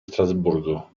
strasburgo